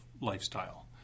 Lifestyle